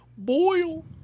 boil